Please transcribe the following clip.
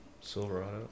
Silverado